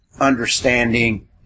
understanding